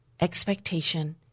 expectation